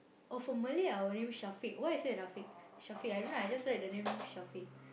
oh for Malay I will name Shafiq why I say Rafiq I don't know I just like the name Shafiq